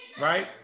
right